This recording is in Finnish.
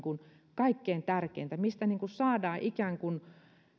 kaikkein tärkeintä mistä saadaan ikään kuin